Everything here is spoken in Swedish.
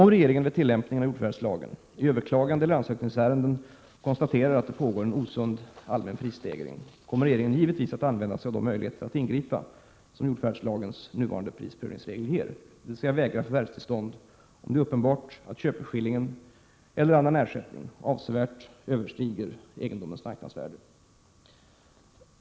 Om regeringen vid tillämpningen av jordförvärvslagen, i överklagandeeller ansökningsärenden, konstaterar att det pågår en osund allmän prisstegring kommer regeringen givetvis att använda sig av de möjligheter att ingripa som jordförvärvslagens nuvarande prisprövningsregel ger, dvs. vägra förvärvstillstånd om det är uppenbart att köpeskillingen eller annan ersättning avsevärt överstiger egendomens marknadsvärde.